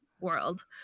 world